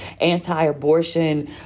anti-abortion